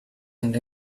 and